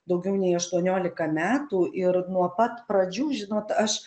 daugiau nei aštuoniolika metų ir nuo pat pradžių žinot aš